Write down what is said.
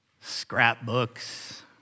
scrapbooks